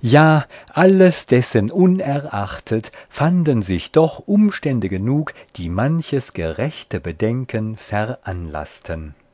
ja alles dessen unerachtet fanden sich doch umstände genug die manches gerechte bedenken veranlaßten